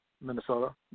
Minnesota